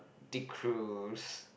de cruz